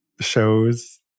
shows